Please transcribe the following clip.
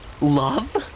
love